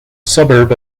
suburb